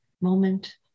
moment